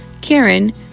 Karen